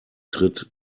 tritt